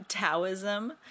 Taoism